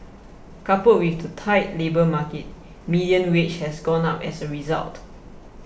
coupled with the tight labour market median wage has gone up as a result